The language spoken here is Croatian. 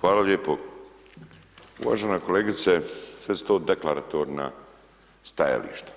Hvala lijepo, uvažena kolegice sve su to deklaratorna stajališta,